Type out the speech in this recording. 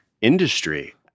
industry